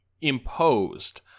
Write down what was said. imposed